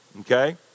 Okay